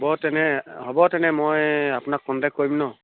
হ'ব তেনে হ'ব তেনে মই আপোনাক কণ্টেক্ট কৰিম নহ্